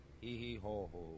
Hee-hee-ho-ho